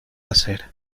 hacer